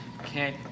Okay